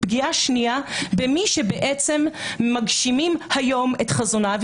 פגיעה שנייה במי שבעצם מגשימים היום את חזונה,